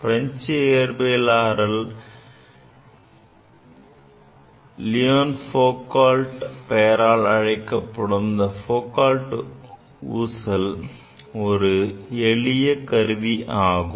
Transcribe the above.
French இயற்பியலாளர் Leon Foucault பெயரால் அழைக்கப்படும் Foucault ஊசல் ஒரு எளிய கருவி ஆகும்